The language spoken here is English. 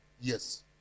Yes